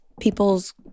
People's